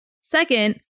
Second